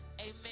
Amen